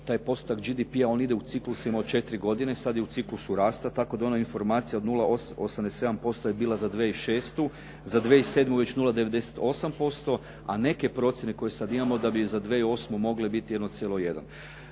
Taj postotak BDP-a on ide u ciklusima od četiri godine. Sad je u ciklusu rasta tako da ona informacija od 0,87% je bila za 2006. Za 2007. je već 0,98% a neke procjene koje sad imamo da bi za 2008. mogle biti 1,1.